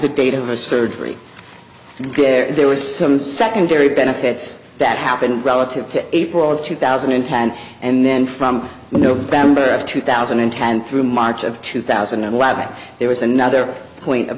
the date of a surgery there was some secondary benefits that happened relative to april of two thousand and ten and then from november of two thousand and ten through march of two thousand and eleven there was another point